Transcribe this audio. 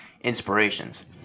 inspirations